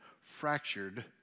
fractured